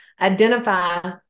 identify